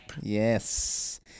Yes